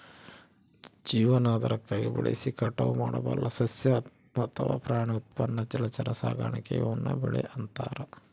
ಜೀವನಾಧಾರಕ್ಕಾಗಿ ಬೆಳೆಸಿ ಕಟಾವು ಮಾಡಬಲ್ಲ ಸಸ್ಯ ಅಥವಾ ಪ್ರಾಣಿ ಉತ್ಪನ್ನ ಜಲಚರ ಸಾಕಾಣೆ ಈವ್ನ ಬೆಳೆ ಅಂತಾರ